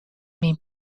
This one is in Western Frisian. myn